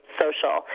social